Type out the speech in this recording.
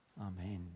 Amen